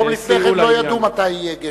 יום לפני כן לא ידעו מתי יהיה גשם.